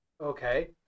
okay